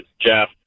Jeff